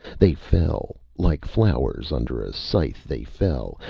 they fell. like flowers under a scythe they fell,